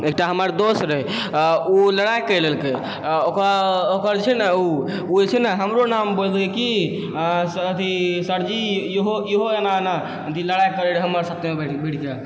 एकटा हमर दोस्त रहै ओ लड़ाइ करि लेलकै ओकरा ओकर जे छै ने उ उ जे छै ने हमरो नाम बोलि देलकै कि सँ अथी सरजी इहो इहो एना एना अथी लड़ाइ करै रहै हमर साथे बैठकऽ